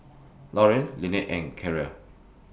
Lorraine Lynnette and Keara